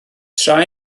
tra